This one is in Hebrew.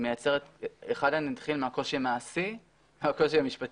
יש את הקושי המעשי והקושי המשפטי.